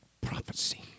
prophecy